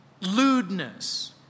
lewdness